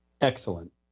excellent